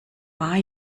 war